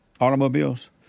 Automobiles